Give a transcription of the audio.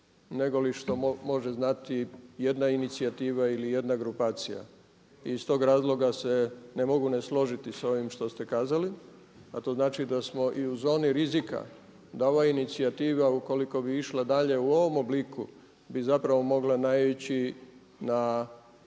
nego li što može znati jedna inicijativa ili jedna grupacija. I iz tog razloga se ne mogu ne složiti sa ovim što ste kazali a to znači da smo i u zoni rizika, da ova inicijativa ukoliko bi išla dalje u ovom obliku bi zapravo mogla naići na